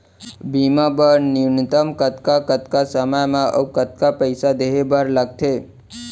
बीमा बर न्यूनतम कतका कतका समय मा अऊ कतका पइसा देहे बर लगथे